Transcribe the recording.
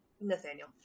Nathaniel